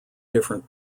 different